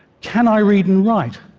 can i read and write?